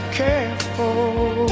careful